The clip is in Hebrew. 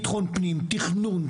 זה בכלל לא נכון,